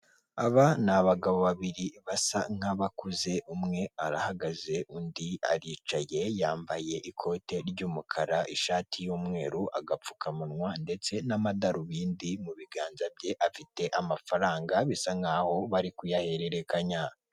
Aba ni abagabo babiri basa nk'abakuze umwe arahagaze undi aricaye yambaye ikote ry'umukara, ishati y'umweru, agapfukamunwa, ndetse n'amadarubindi mu biganza bye, afite amafaranga bisa nk'aho bari kuyahererekanya.